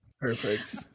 Perfect